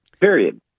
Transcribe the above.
period